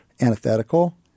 antithetical